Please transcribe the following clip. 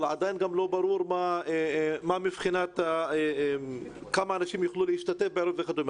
אבל עדיין לא ברור כמה אנשים יוכלו להשתתף וכדומה.